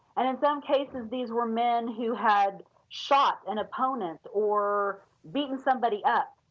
and in some cases these were men who had shot an opponent or beaten somebody up.